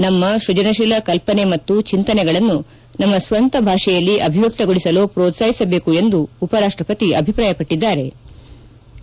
ನಮ್ಮ ಸೃಜನಶೀಲ ಕಲ್ಪನೆ ಮತ್ತು ಚಿಂತನೆಗಳನ್ನು ನಮ್ಮ ಸ್ವಂತ ಭಾಷೆಯಲ್ಲಿ ಅಭಿವ್ಯಕ್ತಗೊಳಿಸಲು ಮೋತಾಹಿಸಬೇಕು ಎಂದು ಉಪರಾಷ್ಟಪತಿ ಅಭಿಪ್ರಾಯಪಟ್ಟದ್ದಾರೆ